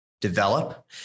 develop